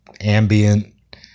ambient